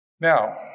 Now